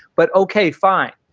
but ok, fine.